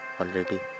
already